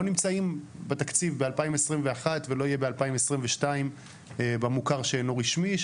נמצאים בתקציב ב-2021 ולא יהיה ב-2022 במוכר שאינו רשמי,